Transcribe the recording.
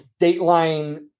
dateline